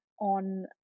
on